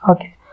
Okay